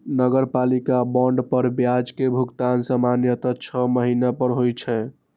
नगरपालिका बांड पर ब्याज के भुगतान सामान्यतः छह महीना पर होइ छै